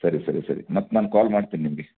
ಸರಿ ಸರಿ ಸರಿ ಮತ್ತೆ ನಾನು ಕಾಲ್ ಮಾಡ್ತಿನಿ ನಿಮಗೆ